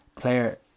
player